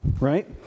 Right